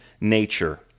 nature